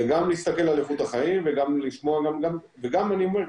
וגם להסתכל על איכות החיים וגם אני אומר,